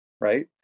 right